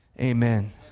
Amen